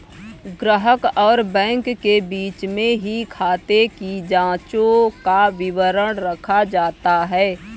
ग्राहक और बैंक के बीच में ही खाते की जांचों का विवरण रखा जाता है